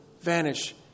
vanish